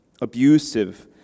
abusive